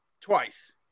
twice